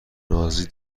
نازی